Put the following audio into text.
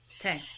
Okay